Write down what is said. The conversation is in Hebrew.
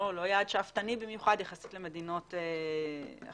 לא יעד שאפתני במיוחד יחסית למדינות אחרות.